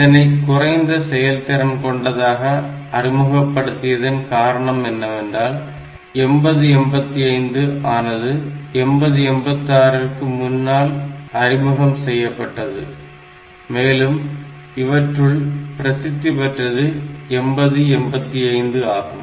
இதனை குறைந்த செயல்திறன் கொண்டதாக அறிமுகப்படுத்தியதன் காரணம் என்னவென்றால் 8085 ஆனது 8086 ற்கு முன்னால் அறிமுகம் செய்யப்பட்டது மேலும் இவற்றுள் பிரசித்தி பெற்றது 8085 ஆகும்